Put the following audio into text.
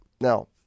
Now